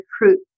recruit